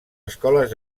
escoles